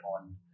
on